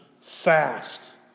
fast